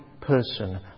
person